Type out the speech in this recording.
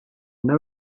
now